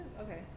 Okay